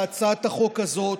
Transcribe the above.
בהצעת החוק הזאת,